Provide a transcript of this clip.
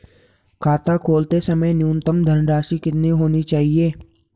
खाता खोलते समय न्यूनतम धनराशि कितनी होनी चाहिए?